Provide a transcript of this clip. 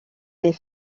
les